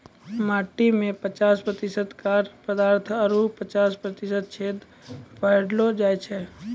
मट्टी में पचास प्रतिशत कड़ा पदार्थ आरु पचास प्रतिशत छेदा पायलो जाय छै